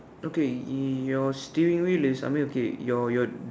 okay your steering wheel is I mean okay your your